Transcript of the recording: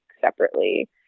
separately